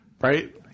right